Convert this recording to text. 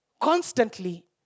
Constantly